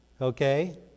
okay